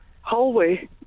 hallway